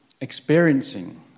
experiencing